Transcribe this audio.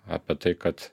apie tai kad